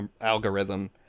algorithm